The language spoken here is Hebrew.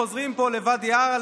חוזרים פה לוואדי עארה,